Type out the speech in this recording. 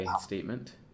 statement